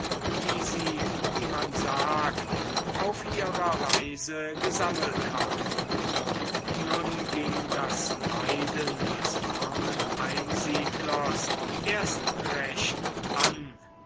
die sie auf ihrer reise gesammelt haben nun ging das leiden des armen einsiedlers erst recht an